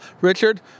Richard